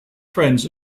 friends